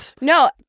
No